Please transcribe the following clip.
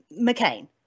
McCain